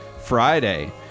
friday